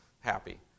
happy